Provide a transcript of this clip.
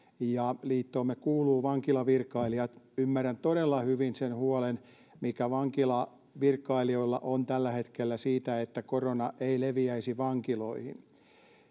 ja liittoomme kuuluvat vankilavirkailijat ymmärrän todella hyvin sen huolen mikä vankilavirkailijoilla on tällä hetkellä siitä että korona leviäisi vankiloihin